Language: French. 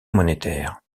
monétaire